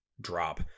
drop